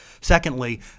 Secondly